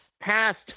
passed